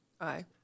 Aye